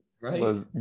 Right